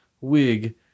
wig